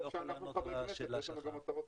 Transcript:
טוב שאנחנו חברי כנסת, יש לנו גם מטרות